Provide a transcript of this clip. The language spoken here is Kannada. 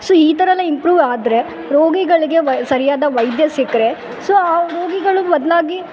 ಸೋ ಈ ಥರಯೆಲ್ಲ ಇಂಪ್ರು ಆದರೆ ರೋಗಿಗಳಿಗೆ ಸರಿಯಾದ ವೈದ್ಯ ಸಿಕ್ಕರೆ ಸೋ ಆ ರೋಗಿಗಳು ಬದಲಾಗಿ